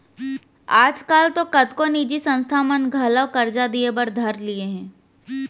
आज काल तो कतको निजी संस्था मन घलौ करजा दिये बर धर लिये हें